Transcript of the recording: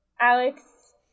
Alex